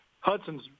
Hudson's